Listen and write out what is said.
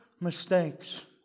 mistakes